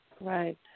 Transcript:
Right